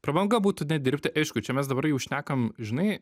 prabanga būtų nedirbti aišku čia mes dabar jau šnekam žinai